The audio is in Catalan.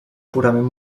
purament